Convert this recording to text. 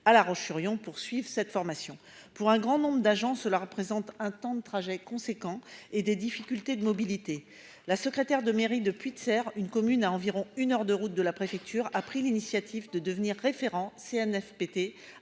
à la Roche-sur-Yon poursuivent cette formation pour un grand nombre d'agents. Cela représente un temps de trajet conséquents et des difficultés de mobilité, la secrétaire de mairie depuis tu sers une commune à environ une heure de route de la préfecture a pris l'initiative de devenir référent Cnfpt